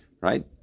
right